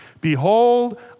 Behold